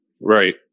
Right